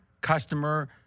customer